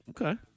Okay